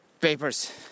papers